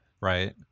right